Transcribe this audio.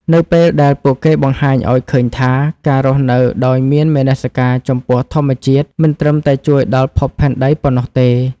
នៅពេលដែលពួកគេបង្ហាញឱ្យឃើញថា ការរស់នៅដោយមានមនសិការចំពោះធម្មជាតិមិនត្រឹមតែជួយដល់ភពផែនដីប៉ុណ្ណោះទេ។